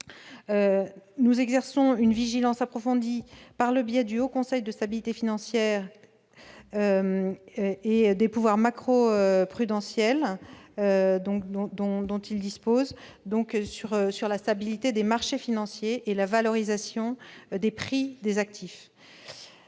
Nous exerçons une vigilance approfondie, par l'intermédiaire du Haut Conseil de stabilité financière et des pouvoirs macroprudentiels dont il dispose, sur la stabilité des marchés financiers et la valorisation des prix des actifs.